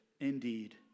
indeed